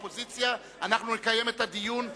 לאופוזיציה: אנחנו נקיים את הדיון,